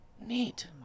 Neat